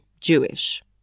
Jewish